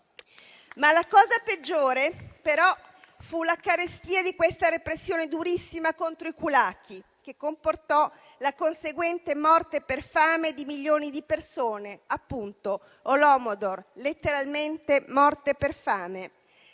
La cosa peggiore, però, fu la carestia, frutto di questa repressione durissima contro i *kulaki*, che comportò la conseguente morte per fame di milioni di persone, appunto Holodomor, letteralmente "morte per fame".